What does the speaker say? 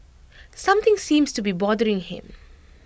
something seems to be bothering him